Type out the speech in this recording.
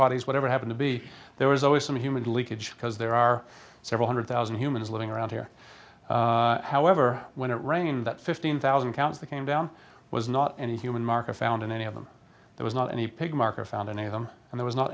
potties whatever happened to be there was always some human leakage because there are several hundred thousand humans living around here however when it rained that fifteen thousand count the came down was not any human market found in any of them it was not any pig marker found in a home and there was not